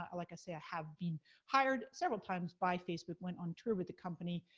i like say, i have been hired several times by facebook, went on tour with the company,